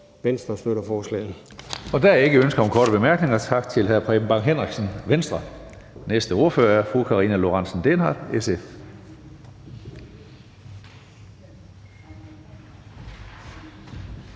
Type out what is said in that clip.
(Karsten Hønge): Der er ikke ønske om flere korte bemærkninger. Tak til hr. Preben Bang Henriksen. Næste ordfører er fru Karina Lorentzen Dehnhardt, SF.